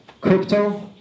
crypto